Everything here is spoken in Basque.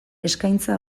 eskaintza